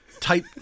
type